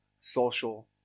social